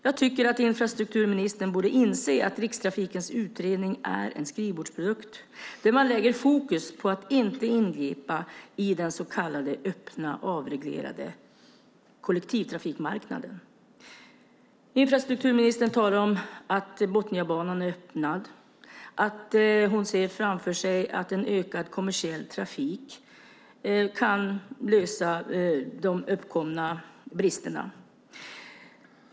Jag tycker att infrastrukturministern borde inse att Rikstrafikens utredning är en skrivbordsprodukt där man lägger fokus på att inte ingripa på den så kallade öppna, avreglerade kollektivtrafikmarknaden. Infrastrukturministen talar om att Botniabanan är öppnad och att hon ser framför sig att ökad kommersiell trafik kan lösa de uppkomna bristerna.